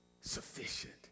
sufficient